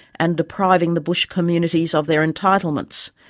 and depriving the bush communities of their entitlements.